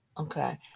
Okay